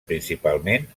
principalment